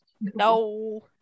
No